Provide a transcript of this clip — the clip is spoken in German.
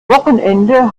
wochenende